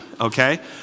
okay